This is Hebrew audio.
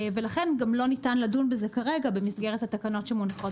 לכן גם לא ניתן לדון בזה כרגע במסגרת התקנות שמונחות